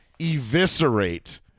eviscerate